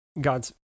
God's